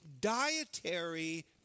dietary